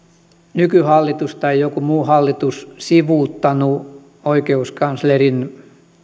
nykyhallitus tai joku muu hallitus sivuuttanut oikeuskanslerin